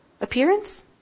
appearance